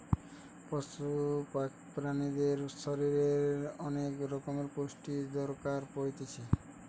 পশু প্রাণীদের শরীরের অনেক রকমের পুষ্টির দরকার পড়তিছে